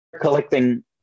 collecting